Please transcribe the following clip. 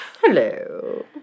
Hello